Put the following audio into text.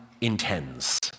intends